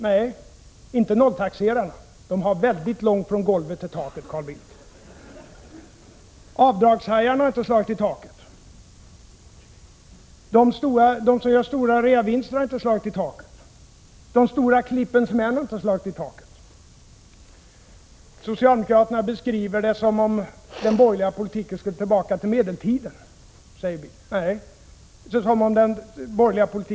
Nej, inte nolltaxerarna — de har väldigt långt från golvet till taket, Carl Bildt! Avdragshajarna har inte slagit i taket. Inte heller har de som gör stora reavinster och de stora klippens män slagit i taket. Socialdemokraterna beskriver det hela som att den borgerliga politiken skulle föra oss tillbaka till medeltiden, säger Carl Bildt.